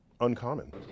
uncommon